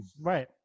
right